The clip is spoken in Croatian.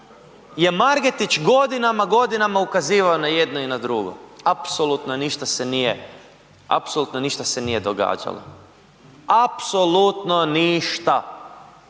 je Margetić godinama, godinama ukazivao na jedno i na drugo. Apsolutno ništa se nije, apsolutno se ništa nije događalo, apsolutno ništa.